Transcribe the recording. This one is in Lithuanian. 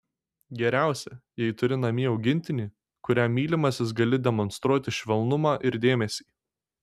geriausia jei turi namie augintinį kuriam mylimasis gali demonstruoti švelnumą ir dėmesį